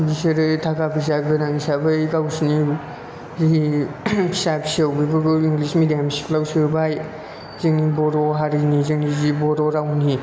बिसोरो थाखा फैसा गोनां हिसाबै गावसिनि फिसा फिसौफोरखौ इंलिस मेदियाम स्कुलाव सोबाय जोंनि बर' हारिनि जोंनि जि बर' रावनि